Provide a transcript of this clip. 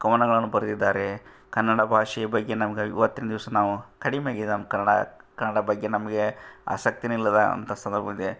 ಕವನಗಳನ್ನು ಬರೆದಿದ್ದಾರೆ ಕನ್ನಡ ಭಾಷೆ ಬಗ್ಗೆ ನಮ್ಗೆ ಇವತ್ತಿಂದಿವಸ ನಾವು ಕಡಿಮೆಯಾಗ್ಯದ ನಮ್ಮ ಕನ್ನಡ ಕನ್ನಡ ಬಗ್ಗೆ ನಮ್ಗೆ ಆಸಕ್ತಿಯೇ ಇಲ್ಲದಾ ಅಂತ ಸಂದರ್ಭ ಬಂದಿದೆ